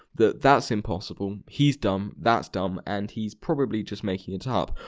that that's impossible! he's dumb, that's dumb, and he's probably just making it up!